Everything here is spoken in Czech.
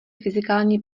fyzikální